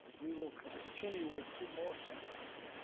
we will continue with two more sessions.